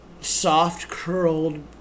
soft-curled